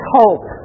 hope